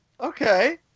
Okay